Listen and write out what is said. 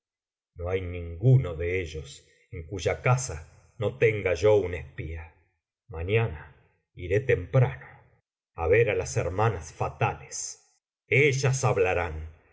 no hay ninguno de ellos en cuya casa no tengayoun espía mañana iré temprano á ver á las hermanas fatales ellas hablarán